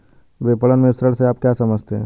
विपणन मिश्रण से आप क्या समझते हैं?